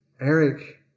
Eric